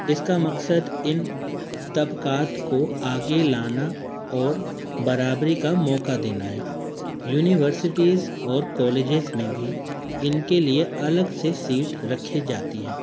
اس کا مقصد ان طبقات کو آگے لانا اور برابری کا موقع دینا ہے یونیورسٹیز اور کالجز میں بھی ان کے لیے الگ سے سیٹ رکھی جاتی ہیں